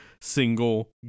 single